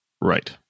Right